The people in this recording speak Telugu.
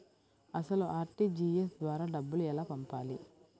అసలు అర్.టీ.జీ.ఎస్ ద్వారా ఎలా డబ్బులు పంపాలి?